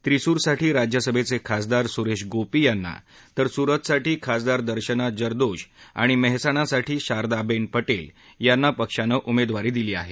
त्रिसूर साठी राज्यसभेचे खासदार सुरेश गोपी यांना तर सूरतसाठी खासदार दर्शना जरदोश आणि महेसाणासाठी शारदा बेन पटेल यांना पक्षाने उमेदवारी दिली आहे